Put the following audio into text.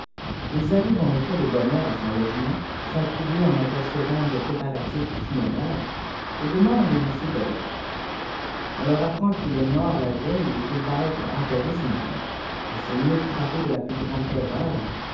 ils arriveùt en effet de bonne heure à son logement sont troublés en apercevant des préparatifs funéraires et demandent m bodri on leur apprend qu'il est mort la veillé et qu'il va être enterré ce matin a ces mots frappés de la plus grande terreur